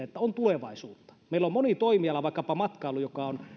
että on tulevaisuutta meillä moni toimiala vaikkapa matkailu joka on